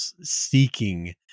seeking